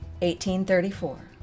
1834